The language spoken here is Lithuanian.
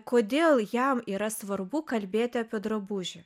kodėl jam yra svarbu kalbėti apie drabužį